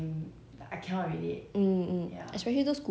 then I la~ last time I got watch one 古装戏 before but then